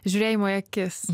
žiūrėjimo į akis